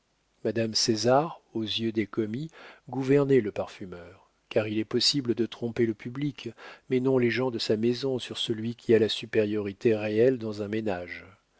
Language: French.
madame césar aux yeux des commis gouvernait le parfumeur car il est possible de tromper le public mais non les gens de sa maison sur celui qui a la supériorité réelle dans un ménage